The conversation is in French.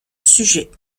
sujet